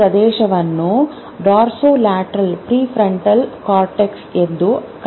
ಈ ಪ್ರದೇಶವನ್ನು "dorsolateral prefrontal cortex" ಎಂದು ಕರೆಯಲಾಗುತ್ತದೆ